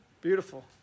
Beautiful